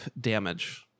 damage